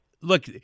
look